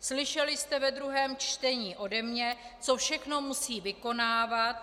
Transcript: Slyšeli jste od mě ve druhém čtení, co všechno musí vykonávat,